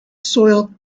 soil